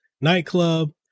nightclub